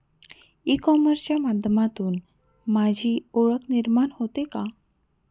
E कॉमर्सच्या माध्यमातून माझी ओळख निर्माण होते का?